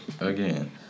Again